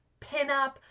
pinup